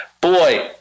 Boy